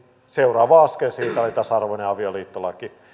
seuraava askel siitä oli tasa arvoinen avioliittolaki